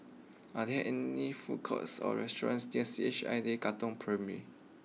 are there any food courts or restaurants near C H I J Katong Primary